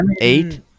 Eight